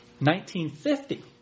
1950